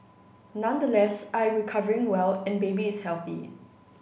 nonetheless I recovering well and baby is healthy